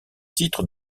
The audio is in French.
titre